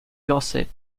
gossip